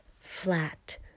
flat